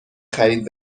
خرید